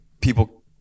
people